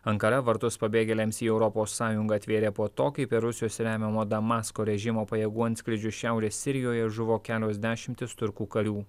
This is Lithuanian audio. ankara vartus pabėgėliams į europos sąjungą atvėrė po to kai per rusijos remiamo damasko režimo pajėgų antskrydžius šiaurės sirijoje žuvo kelios dešimtys turkų karių